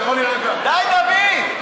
די, דוד,